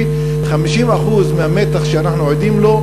במרס, 50% מהמתח שאנו עדים לו,